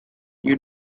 you